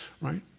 Right